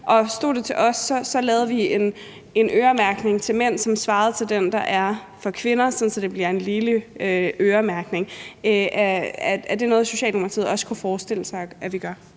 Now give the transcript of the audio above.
stod det til os, lavede vi en øremærkning til mænd, som svarede til den, der er for kvinder, sådan at det bliver en ligelig øremærkning. Er det noget, Socialdemokratiet også kunne forestille sig at vi gør?